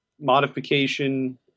modification